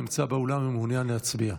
נמצא באולם ומעוניין להצביע?